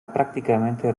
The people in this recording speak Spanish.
prácticamente